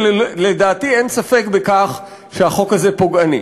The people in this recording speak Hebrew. ולדעתי אין ספק בכך שהחוק הזה פוגעני.